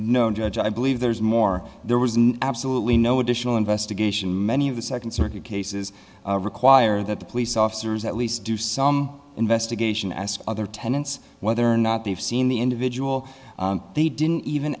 know judge i believe there's more there was no absolutely no additional investigation many of the second circuit cases require that the police officers at least do some investigation ask other tenants whether or not they've seen the individual they didn't even